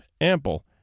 ample